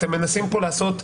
אתם מנסים פה לעשות,